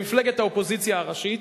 במפלגת האופוזיציה הראשית